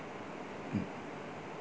mm